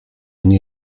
nie